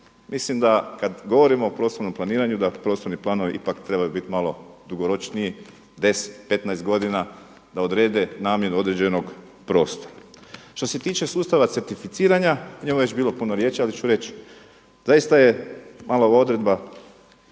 Mislim da kada govorimo o prostornom planiranju da prostorni planovi ipak trebaju biti malo dugoročniji, 10, 15 godina da odrede namjenu određenog prostora. Što se tiče sustava certificiranja, o njemu je već bilo puno riječi ali ću reći, zaista je malo ova odredba